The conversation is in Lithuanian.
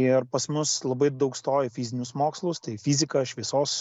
ir pas mus labai daug stoja į fizinius mokslus tai fiziką šviesos